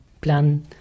plan